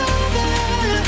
over